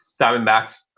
Diamondbacks